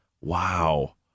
Wow